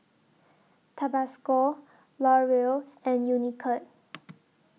Tabasco L'Oreal and Unicurd